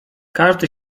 każdy